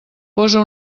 posa